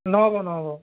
নহ'ব নহ'ব